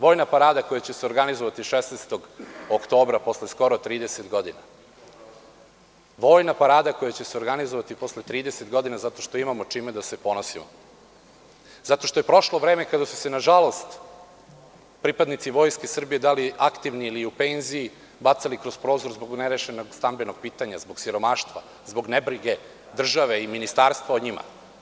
Vojna parada koja će se organizovati 16. oktobra, posle skoro 30 godina, zato što imamo čime da se ponosimo, zato što je prošlo vreme kada su se, nažalost, pripadnici Vojske Srbije, da li aktivni ili u penziji, bacali kroz prozor zbog nerešenog stambenog pitanja, zbog siromaštva, zbog nebrige države i ministarstva o njima.